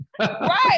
right